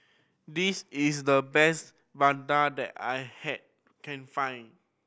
this is the best vadai that I can find